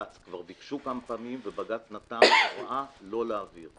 כבר ביקשו כמה פעמים ובג"ץ נתן הוראה לא להעביר את הקריטריונים,